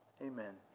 amen